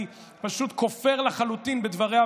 אני פשוט כופר לחלוטין בדבריה,